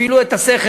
הפעילו את השכל,